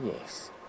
Yes